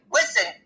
listen